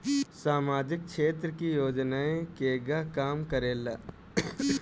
सामाजिक क्षेत्र की योजनाएं केगा काम करेले?